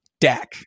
Dak